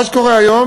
היום,